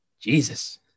Jesus